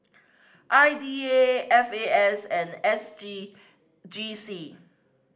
I D A F A S and S G G C